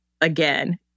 again